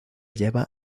lleva